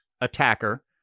attacker